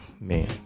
man